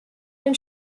den